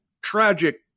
tragic